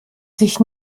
sich